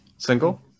single